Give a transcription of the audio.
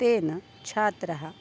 तेन छात्रः